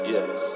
Yes